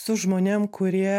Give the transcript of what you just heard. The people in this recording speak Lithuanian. su žmonėm kurie